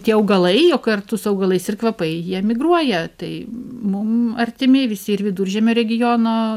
tie augalai o kartu su augalais ir kvapai jie migruoja tai mum artimi visi ir viduržemio regiono